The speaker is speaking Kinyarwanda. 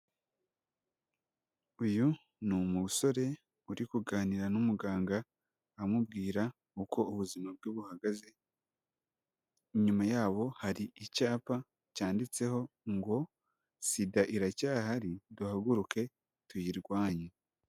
Uyu ni umusore uri kuganira n'umuganga, amubwira uko ubuzima bwe buhagaze, inyuma yabo, hari icyapa cyanditseho ngo SIDA iracyahari, duhaguruke tuyirwanye.